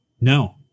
No